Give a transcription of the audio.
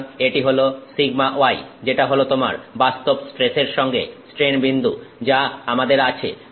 সুতরাং এটি হলো σy যেটা হল তোমার বাস্তব স্ট্রেসের সঙ্গে স্ট্রেন বিন্দু যা আমাদের আছে